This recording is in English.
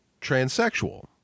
transsexual